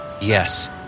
Yes